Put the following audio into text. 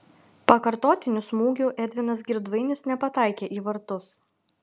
pakartotiniu smūgiu edvinas girdvainis nepataikė į vartus